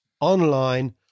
online